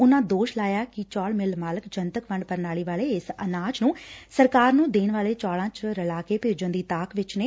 ਉਨੂਾਂ ਦੋਸ਼ ਲਾਇਆ ਕਿ ਚੌਲ ਮਿੱਲ ਮਾਲਕ ਜਨਤਕ ਵੰਡ ਪ੍ਰਣਾਲੀ ਵਾਲੇ ਇਸ ਅਨਾਜ ਨੂੰ ਸਰਕਾਰ ਨੂੰ ਦੇਣ ਵਾਲੇ ਚੌਲਾਂ ਚ ਰਲਾ ਕੇ ਭੇਜਣ ਦੀ ਤਾਕ ਵਿਚ ਨੇ